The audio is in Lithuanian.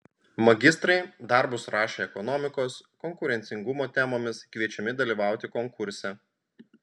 magistrai darbus rašę ekonomikos konkurencingumo temomis kviečiami dalyvauti konkurse